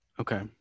okay